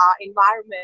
environment